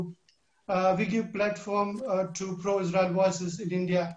למועצת הביטחון של האו"ם בינואר 2021,